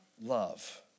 love